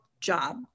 job